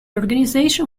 organization